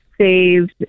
saved